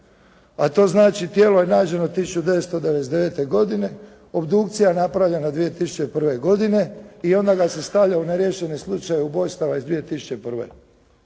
A to znači tijelo je nađeno 1999. godine, obdukcija napravljena 2001. godine a onda ga se stavlja u neriješene slučajeve ubojstava iz 2001. to se